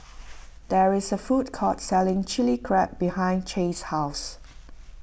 there is a food court selling Chilli Crab behind Chaz's house